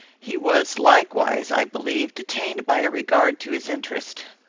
he was likewise, i believe, detained by a regard to his interest.